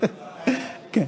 הכנסת נתקבלה.